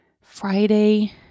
Friday